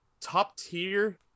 top-tier